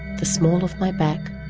the small of my back,